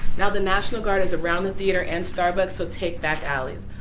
now the national guard is around the theater and starbucks, so take back allies.